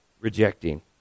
rejecting